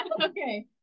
Okay